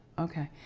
okay.